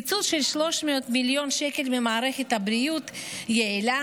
קיצוץ של 300 מיליון שקל ממערכת בריאות יעילה